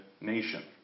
nation